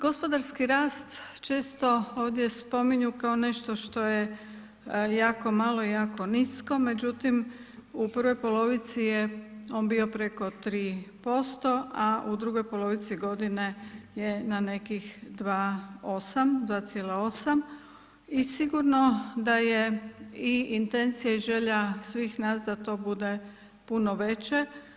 Gospodarski rast često ovdje spominju kao nešto što je jako malo i jako nisko međutim u prvoj polovici je on bio preko 3% a u drugoj polovici godine je na nekih 2,8 i sigurno da je i intencija i želja svih nas da to bude puno veće.